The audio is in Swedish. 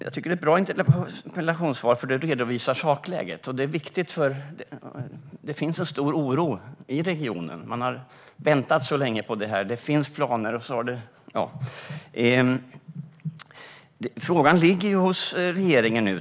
Jag fick ett bra interpellationssvar eftersom det redovisade sakläget. Det finns en stor oro i regionen. Man har väntat så länge, men det finns planer. Frågan ligger nu hos regeringen.